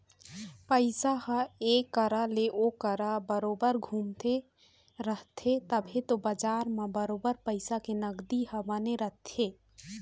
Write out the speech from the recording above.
पइसा ह ऐ करा ले ओ करा बरोबर घुमते रहिथे तभे तो बजार म बरोबर पइसा के नगदी ह बने रहिथे